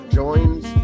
joins